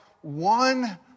One